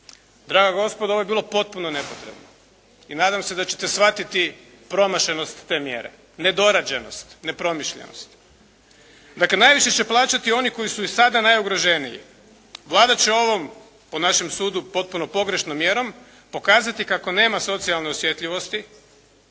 Draga gospodo, ovo je bilo potpuno nepotrebno i nadam se da ćete shvatiti promašenost te mjere, nedorađenost, nepromišljenost. Dakle, najviše će plaćati oni koji su i sada najugroženiji. Vlada će ovom, po našem sudu potpuno pogrešnom mjerom pokazati kako nema socijalne osjetljivosti